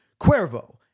Cuervo